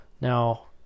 now